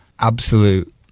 Absolute